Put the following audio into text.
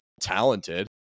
talented